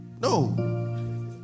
No